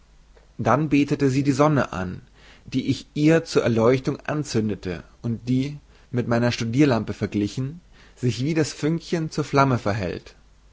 dann betete sie die sonne an die ich ihr zur erleuchtung anzündete und die mit meiner studierlampe verglichen sich wie das fünkchen zur flamme verhält